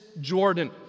Jordan